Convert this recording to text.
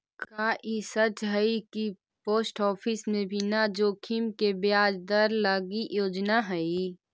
का ई सच हई कि पोस्ट ऑफिस में बिना जोखिम के ब्याज दर लागी योजना हई?